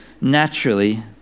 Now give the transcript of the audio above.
naturally